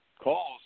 calls